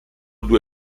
due